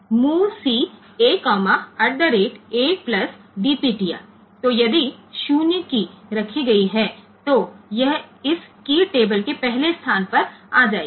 तो यदि 0 कीय रखी गई है तो यह इस कीय टेबल के पहले स्थान पर आ जाएगी